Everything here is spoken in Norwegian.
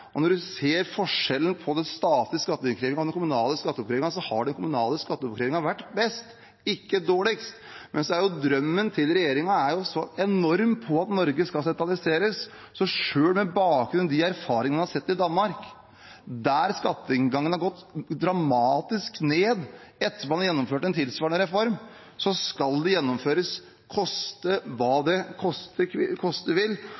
Når man ser forskjellen på den statlige skatteoppkrevingen og den kommunale skatteoppkrevingen, så har den kommunale skatteoppkrevingen vært best, ikke dårligst. Men drømmen til regjeringen er jo – noe så enormt – at Norge skal sentraliseres. Selv med bakgrunn i de erfaringene man har i Danmark, der skatteinngangen har gått dramatisk ned etter at man gjennomførte en tilsvarende reform, skal det gjennomføres, koste hva det koste vil.